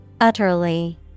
Utterly